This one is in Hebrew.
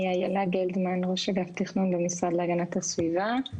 אני ראש אגף תכנון במשרד להגנת הסביבה.